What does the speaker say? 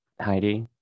Heidi